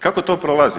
Kako to prolazi?